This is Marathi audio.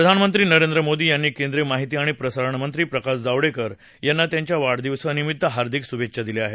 प्रधानमंत्री नरेंद्र मोदी यांनी केंद्रीय माहिती आणि प्रसारण मंत्री प्रकाश जावडेकर यांना त्यांच्या वाढदिवसानिमित्त हार्दिक शुभेच्छा दिल्या आहेत